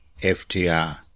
FTR